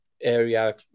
area